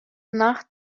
nach